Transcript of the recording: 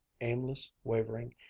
aimless, wavering,